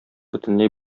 бөтенләй